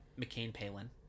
McCain-Palin